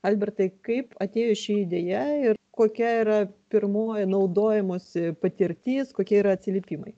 albertai kaip atėjo ši idėja ir kokia yra pirmoji naudojimosi patirtis kokie yra atsiliepimai